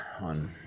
on